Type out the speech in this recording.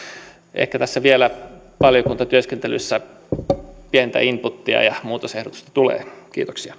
ehkä tässä vielä valiokuntatyöskentelyssä pientä inputia ja muutosehdotusta tulee kiitoksia